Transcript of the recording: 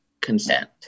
consent